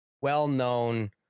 well-known